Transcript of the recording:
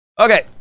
Okay